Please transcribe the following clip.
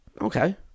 Okay